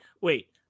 wait